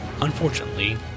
Unfortunately